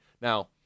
Now